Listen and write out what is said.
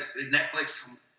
Netflix